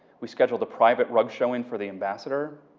we scheduled a private rug showing for the ambassador